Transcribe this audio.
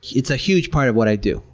it's a huge part of what i do,